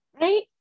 Right